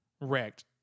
wrecked